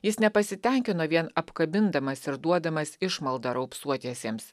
jis nepasitenkino vien apkabindamas ir duodamas išmaldą raupsuotiesiems